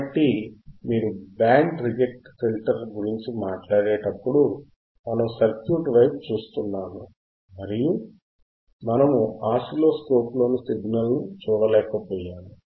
కాబట్టి మీరు band reject filter గురించి మాట్లాడేటప్పుడు మనము సర్క్యూట్ వైపు చూస్తున్నాము మరియు మనము ఆసిలోస్కోప్లోని సిగ్నల్ను చూడలేకపోయాము